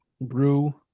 brew